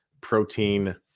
protein